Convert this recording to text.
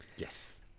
Yes